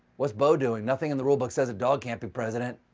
what's bo doing? nothing in the rulebook says a dog can't be president.